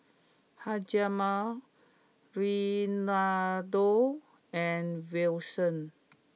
Hjalmar Reynaldo and Wilson